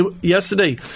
yesterday